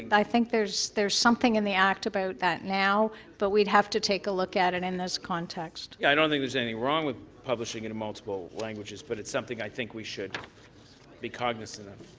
but i think there's there's something in the act about that now but we'd have to take a look at it in this context i don't think there's anything wrong with publishing it in multiple languages but it's something i think we should be cognicent of.